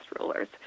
rulers